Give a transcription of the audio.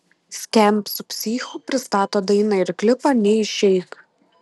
skamp su psichu pristato dainą ir klipą neišeik